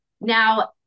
Now